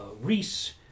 Reese